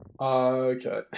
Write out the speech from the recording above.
Okay